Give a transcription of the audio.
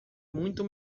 muito